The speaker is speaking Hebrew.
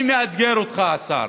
אני מאתגר אותך, השר,